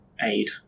aid